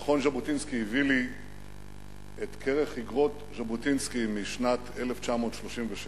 מכון ז'בוטינסקי הביא לי את כרך איגרות ז'בוטינסקי משנת 1936,